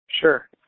sure